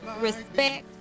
respect